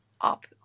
up